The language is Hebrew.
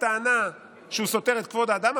בטענה שהוא סותר את כבוד האדם,